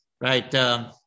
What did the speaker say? right